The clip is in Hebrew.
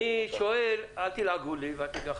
שואל אל תלעגו לי ואל תגחכו.